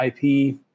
IP